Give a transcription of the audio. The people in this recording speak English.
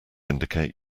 indicate